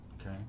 Okay